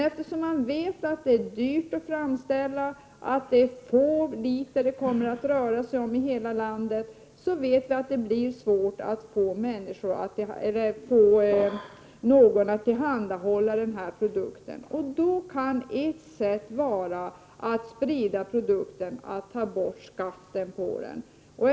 Eftersom man vet att framställningen är dyr och att det är få liter som det kommer att röra sig om, vet man också att det blir svårt att få någon att tillhandahålla produkten. Ett sätt att sprida produkten skulle då kunna vara att ta bort skatten.